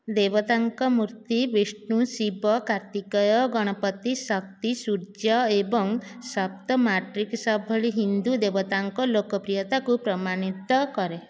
ଦେବତାଙ୍କ ମୂର୍ତ୍ତି ବିଷ୍ଣୁ ଶିବ କାର୍ତ୍ତିକେୟ ଗଣପତି ଶକ୍ତି ସୂର୍ଯ୍ୟ ଏବଂ ସପ୍ତ ମାଟ୍ରିକ୍ସ ଭଳି ହିନ୍ଦୁ ଦେବତାଙ୍କ ଲୋକପ୍ରିୟତାକୁ ପ୍ରମାଣିତ କରେ